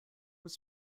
was